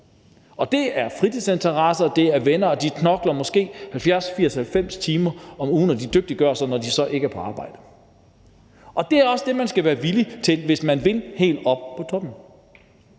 er. Det er fritidsinteresser, det er venner, og de knokler måske 70-80 timer om ugen, og de dygtiggør sig, når de så ikke er på arbejde. Det er også det, man skal være villig til, hvis man vil helt op på toppen.